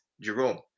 Jerome